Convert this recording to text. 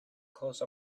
close